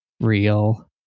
real